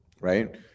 right